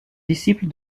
disciple